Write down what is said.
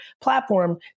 platform